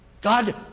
God